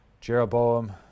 Jeroboam